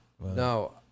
No